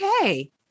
Okay